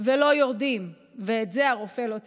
ולא יורדים, את זה הרופא לא ציין.